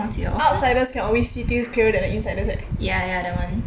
忘记了 ya ya that one